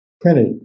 printed